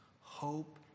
hope